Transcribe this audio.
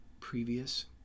previous